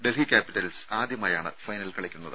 Delhi Capitals ആദ്യമായാണ് final കളിക്കുന്നത്